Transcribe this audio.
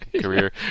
career